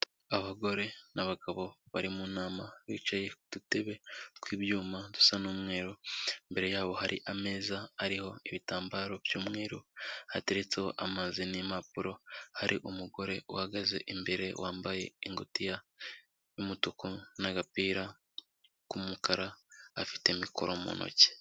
Abagore n'abagabo bari mu nama, bicaye ku dutebe tw'ibyuma dusa n'umweru, imbere yabo hari ameza ariho ibitambaro by'umweru, hateretseho amazi n'impapuro, hari umugore uhagaze imbere wambaye ingutiya y'umutuku n'agapira k'umukara, afite mikoro mu ntoki.